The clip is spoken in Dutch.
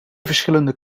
verschillende